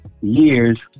years